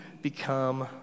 become